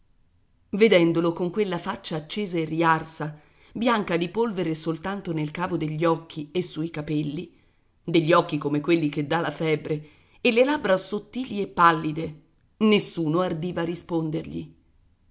vedendolo con quella faccia accesa e riarsa bianca di polvere soltanto nel cavo degli occhi e sui capelli degli occhi come quelli che dà la febbre e le labbra sottili e pallide nessuno ardiva rispondergli